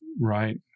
Right